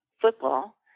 football